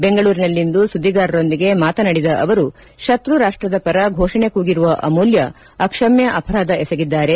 ಬೆಂಗಳೂರಿನಲ್ಲಿಂದು ಸುದ್ದಿಗಾರರೊಂದಿಗೆ ಮಾತನಾಡಿದ ಅವರು ಶತ್ರು ರಾಷ್ಟದ ಪರ ಘೋಷಣೆ ಕೂಗಿರುವ ಅಮೂಲ್ತ ಅಕ್ಷಮ್ಕ ಅಪರಾಧ ಎಸಗಿದ್ದಾರೆ